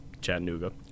Chattanooga